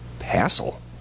hassle